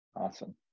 Awesome